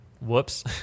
Whoops